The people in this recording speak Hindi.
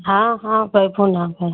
हाँ हाँ वैभव नाम है